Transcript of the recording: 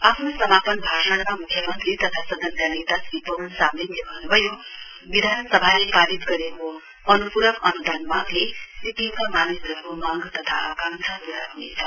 आफ्नो समापन भाषणमा मुख्यमन्त्री तथा सदनका नेता श्री पवन चामलिङले भन्नुभयो विधानसभाले पारित गरेको अनुपूरक अनुदान मांगले सिक्किमका मानिसहरुको मांग तथा आँकाक्षा पूरा ह्नेछ